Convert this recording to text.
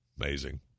Amazing